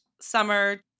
summer